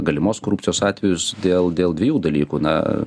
galimos korupcijos atvejus dėl dėl dviejų dalykų na